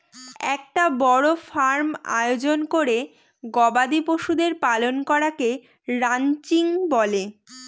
একটা বড় ফার্ম আয়োজন করে গবাদি পশুদের পালন করাকে রানচিং বলে